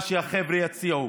מה שהחבר'ה יציעו